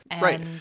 Right